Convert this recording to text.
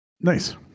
Nice